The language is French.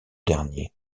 dernier